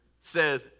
says